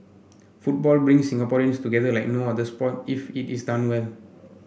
football brings Singaporeans together like no other sport if it is done well